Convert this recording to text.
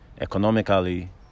economically